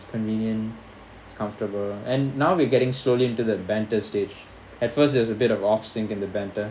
convenient it's comfortable and now we're getting slowly into the banter stage at first it was a bit of off sync in the banter